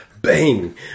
Bang